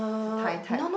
is the Thai type